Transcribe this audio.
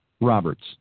Roberts